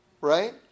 Right